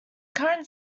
current